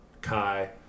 Kai